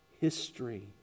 history